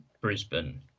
Brisbane